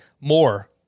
more